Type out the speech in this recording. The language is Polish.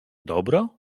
dobro